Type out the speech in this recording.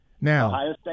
Now